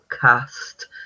cast